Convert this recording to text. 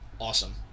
awesome